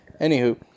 Anywho